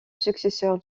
successeur